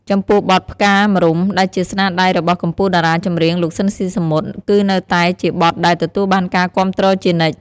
ចំពោះបទ "ផ្កាម្រុំ" ដែលជាស្នាដៃរបស់កំពូលតារាចម្រៀង លោក ស៊ីន ស៊ីសាមុត គឺនៅតែជាបទដែលទទួលបានការគាំទ្រជានិច្ច។